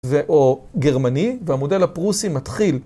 ואו גרמני, והמודל הפרוסי מתחיל.